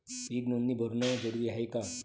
पीक नोंदनी भरनं जरूरी हाये का?